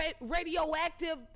radioactive